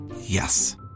Yes